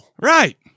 Right